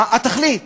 מה התכלית?